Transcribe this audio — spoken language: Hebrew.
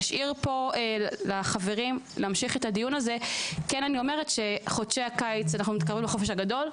אנחנו מתקרבים לחופש הגדול ולחודשי הקיץ,